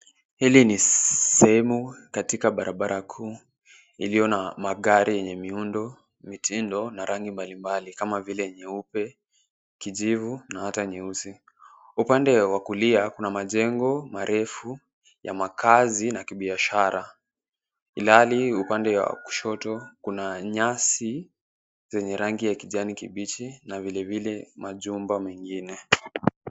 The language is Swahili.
Hili ni sehemu katika barabara kuu iliyo na magari yenye miundo, mitindo na rangi mbali mbali kama vile nyeupe, kijivu na hata nyeusi. Upande wa kulia kuna majengo marefu ya makazi na kibiashara. Ilhali upande wa kushoto kuna nyasi zenye rangi ya kijani kibichi na vile vile majumba mengine.